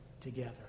together